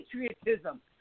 patriotism